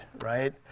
right